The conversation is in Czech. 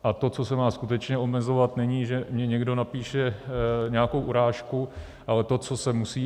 A to, co se má skutečně omezovat, není, že mi někdo napíše nějakou urážku, ale to, co se musí.